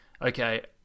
okay